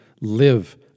live